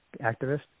activist